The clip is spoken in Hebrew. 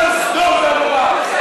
אתם סדום ועמורה.